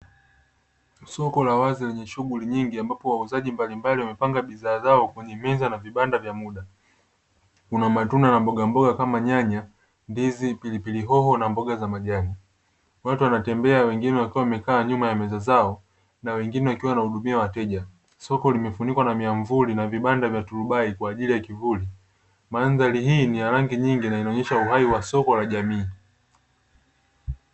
Soko la wazi lenye shughuli nyingi ambapo wauzaji mbalimbali wamepanga bidhaa zao kwenye meza na vibanda vya muda, kuna matunda na mbogamboga kama nyanya, ndizi, pilipili hoho na mboga za majani, Watu wanatembea wengine wakiwa wamekaa nyuma ya meza zao na wengine wakiwa wanahudumia wateja, soko limefunikwa na miamvuli na vibanda vya turubali kwa ajili ya kivuli, mandhari hii ni ya rangi nyingi na inaonesha uhai wa soko na jamii.